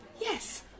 Yes